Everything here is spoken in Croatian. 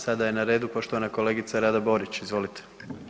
Sada je na redu poštovana kolegica Rada Borić, izvolite.